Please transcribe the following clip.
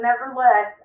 nevertheless